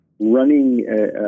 running